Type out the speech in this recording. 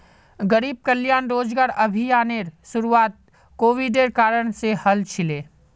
गरीब कल्याण रोजगार अभियानेर शुरुआत कोविडेर कारण से हल छिले